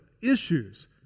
issues